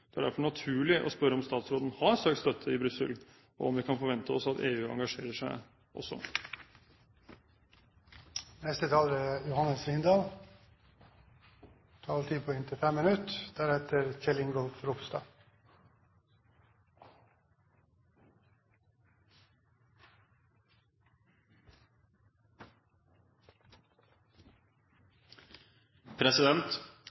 Det er derfor naturlig å spørre om statsråden har søkt støtte i Brussel, og om vi kan forvente oss at EU engasjerer seg også. Representanten Skei Grande er